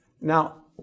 Now